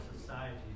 society